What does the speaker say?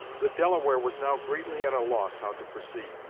the delaware was now greatly at a loss how to proceed.